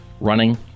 running